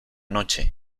noche